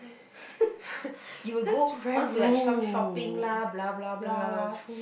you will go on to like some shopping lah blah blah blah lah